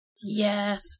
Yes